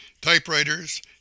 typewriters